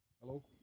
Hello